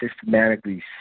systematically